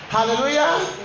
Hallelujah